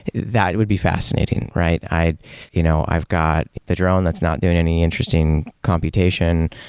that it would be fascinating, right? i've you know i've got the drone that's not doing any interesting computation,